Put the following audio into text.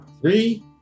Three